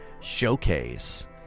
showcase